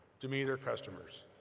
to me they're customers.